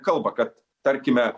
kalba kad tarkime